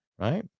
Right